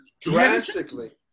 drastically